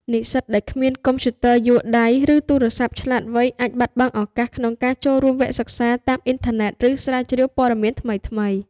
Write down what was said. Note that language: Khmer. និស្សិតដែលគ្មានកុំព្យូទ័រយួរដៃ ឬទូរសព្ទឆ្លាតវៃអាចបាត់បង់ឱកាសក្នុងការចូលរួមវគ្គសិក្សាតាមអ៊ីនធឺណិត ឬស្រាវជ្រាវព័ត៌មានថ្មីៗ។